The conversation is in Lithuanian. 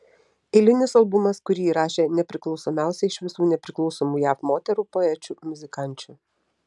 eilinis albumas kurį įrašė nepriklausomiausia iš visų nepriklausomų jav moterų poečių muzikančių